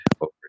over